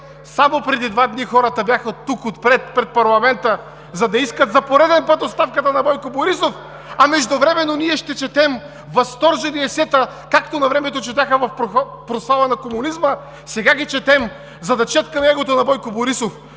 Само преди два дни хората бяха тук отпред, пред парламента, за да искат за пореден път оставката на Бойко Борисов, а междувременно ние ще четем възторжени есета, както навремето четяха в прослава на комунизма, сега ги четем, за да четкаме егото на Бойко Борисов.